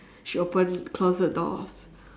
she open close the doors